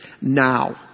now